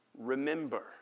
Remember